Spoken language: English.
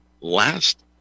last